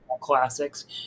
classics